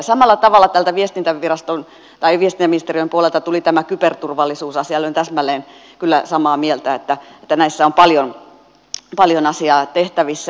samalla tavalla viestintäministeriön puolelta tuli tämä kyberturvallisuusasia ja olen täsmälleen kyllä samaa mieltä että näissä on paljon asiaa tehtävissä